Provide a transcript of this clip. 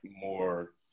more